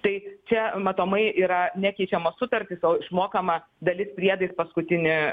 tai čia matomai yra nekeičiamos sutartys o išmokama dalis priedais paskutinį